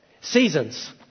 Seasons